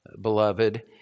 beloved